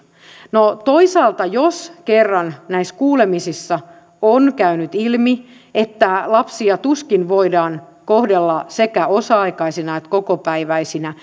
toisaalta jos kerran näissä kuulemisissa on käynyt ilmi että lapsia tuskin voidaan kohdella sekä osa aikaisina että kokopäiväisinä